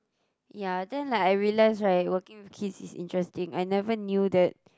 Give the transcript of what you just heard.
ya then like I realise right working with kids is interesting I never knew that